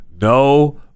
no